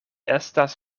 estas